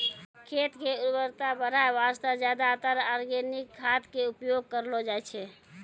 खेत के उर्वरता बढाय वास्तॅ ज्यादातर आर्गेनिक खाद के उपयोग करलो जाय छै